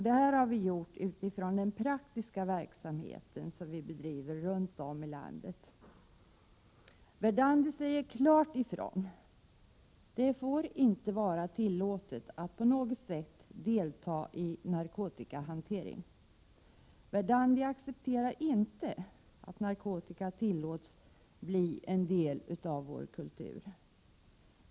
Det har vi gjort utifrån den praktiska verksamhet som vi bedriver runt om i landet. Verdandi säger klart ifrån att det inte får vara tillåtet att på något sätt delta i narkotikahantering. Verdandi accepterar inte att narkotika tillåts bli en del av vår kultur.